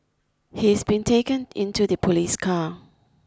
he is being taken into the police car